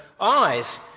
eyes